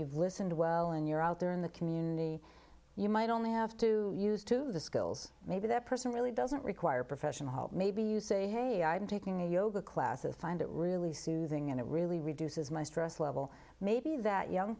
you've listened well and you're out there in the community you might only have to use to the skills maybe that person really doesn't require professional help maybe you say hey i'm taking a yoga class and find it really soothing and it really reduces my stress level maybe that